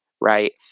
right